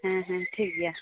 ᱦᱮᱸ ᱦᱮᱸ ᱴᱷᱤᱠ ᱜᱮᱭᱟ